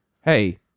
Hey